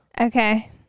Okay